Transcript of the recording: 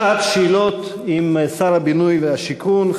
שעת שאלות עם שר הבינוי והשיכון,